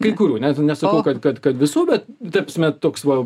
kai kurių ne nesakau kad kad kad visų bet ta prasme toks va